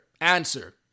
answer